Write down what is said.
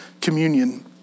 communion